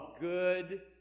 good